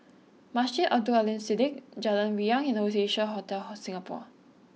Masjid Abdul Aleem Siddique Jalan Riang and Oasia Hotel home Singapore